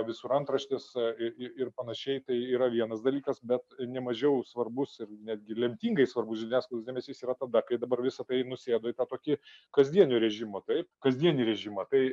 visur antraštės ir ir panašiai tai yra vienas dalykas bet nemažiau svarbus ir netgi lemtingai svarbus žiniasklaidos dėmesys yra tada kai dabar visa tai nusėda į tą tokį kasdienio režimo taip kasdienį režimą tai